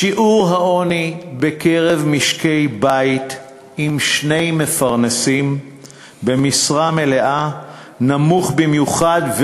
שיעור העוני בקרב משקי-בית עם שני מפרנסים במשרה מלאה נמוך במיוחד,